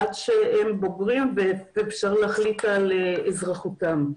עד שהם בוגרים ואפשר להחליט על אזרחותם.